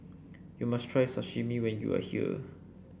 you must try Sashimi when you are here